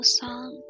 song